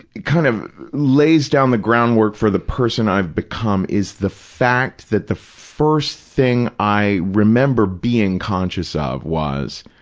kind of lays down the groundwork for the person i've become is the fact that the first thing i remember being conscious of was,